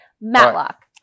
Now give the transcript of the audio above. Matlock